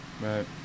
right